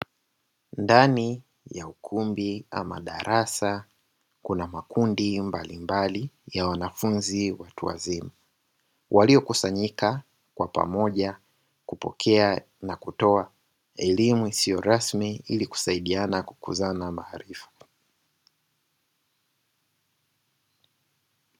Ndani ya ukumbi ama darasa kuna makundi mbalimbali ya wanafunzi watu wazima, waliokusanyika kwa pamoja kupokea na kutoa elimu isiyo rasmi ili kusaidiana kukuza maarifa.